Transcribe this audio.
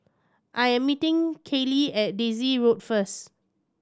I am meeting Kiley at Daisy Road first